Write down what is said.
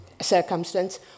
circumstance